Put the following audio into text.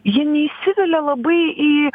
jie neįsivelia labai į